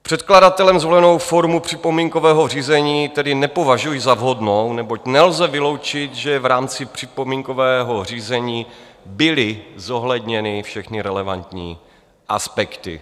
Předkladatelem zvolenou formu připomínkového řízení tedy nepovažuji za vhodnou, neboť nelze vyloučit, že v rámci připomínkového řízení byly zohledněny všechny relevantní aspekty.